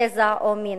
גזע או מין.